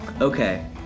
okay